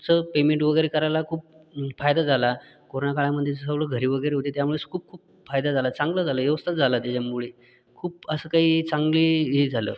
चं पेमेंट वगैरे करायला खूप फायदा झाला करोनाकाळामध्ये सर्व घरी वगैरे होते त्यामुळे खूप खूप फायदा झाला चांगलं झालं व्यवस्थित झालं त्याच्यामुळे खूप असं काही चांगली हे झालं